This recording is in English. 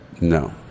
No